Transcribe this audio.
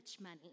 money